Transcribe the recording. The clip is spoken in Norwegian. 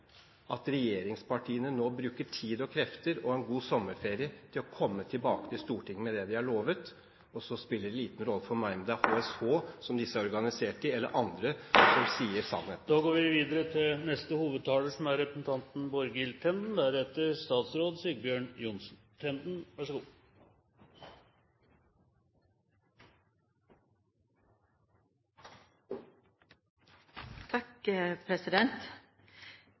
at regjeringspartiene nå bruker tid og krefter og en god sommerferie til å komme tilbake til Stortinget med det de har lovet. Så spiller det liten rolle for meg om det er HSH, som disse er organisert i, eller andre som sier sannheten. Replikkordskiftet er omme. Venstre prioriterer en målrettet satsing på noen områder hvor det er